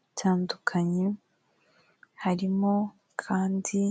bitandukanye harimo kandi.